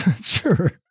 sure